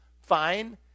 fine